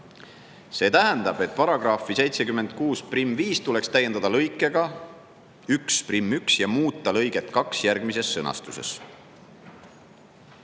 See tähendab, et paragrahvi 765tuleks täiendada lõikega 11ja muuta lõiget 2 järgmises sõnastuses